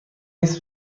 نیز